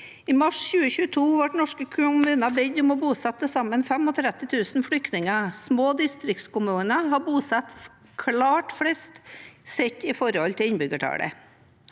I mars 2022 ble norske kommuner bedt om å bosette til sammen 35 000 flyktninger. Små distriktskommuner har bosatt klart flest sett i forhold til innbyggertallet.